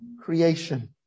creation